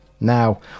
Now